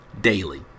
daily